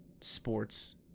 sports